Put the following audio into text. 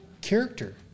character